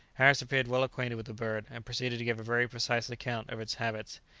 harris appeared well acquainted with the bird, and proceeded to give a very precise account of its habits.